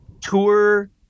tour